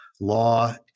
law